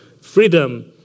freedom